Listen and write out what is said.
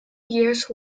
years